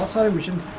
television